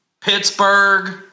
Pittsburgh